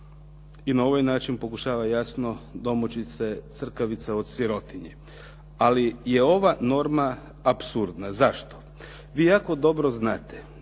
i na ovaj način pokušava jasno domoći se crkavice od sirotinje. Ali je ova norma apsurdna. Zašto? Vi jako dobro znate